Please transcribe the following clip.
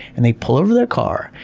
and they pull over their car,